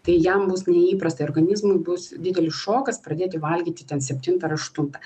tai jam bus neįprasta organizmui bus didelis šokas pradėti valgyti ten septintą ar aštuntą